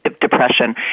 depression